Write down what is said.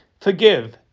forgive